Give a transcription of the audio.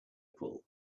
pull